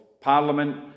parliament